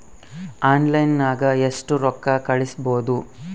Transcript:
ಆನ್ಲೈನ್ನಾಗ ಎಷ್ಟು ರೊಕ್ಕ ಕಳಿಸ್ಬೋದು